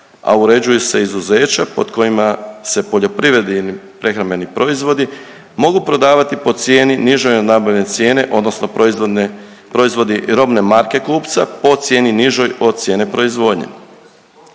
a uređuju se izuzeća pod kojima se poljoprivredni i prehrambeni proizvodi mogu prodavati po cijeni nižoj od nabavne cijene odnosno proizvodne, proizvodi robne marke kupca po cijeni nižoj od cijene proizvodnje.